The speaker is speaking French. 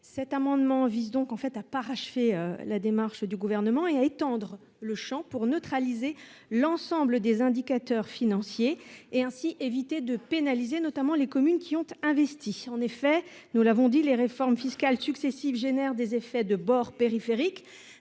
cet amendement vise donc en fait à parachever la démarche du gouvernement et à étendre le Champ pour neutraliser l'ensemble des indicateurs financiers et ainsi éviter de pénaliser notamment les communes qui ont investi en effet, nous l'avons dit les réformes fiscales successives génère des effets de bord périphériques